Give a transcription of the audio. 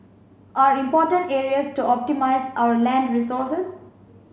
are important areas to optimise our land resources